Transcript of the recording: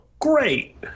Great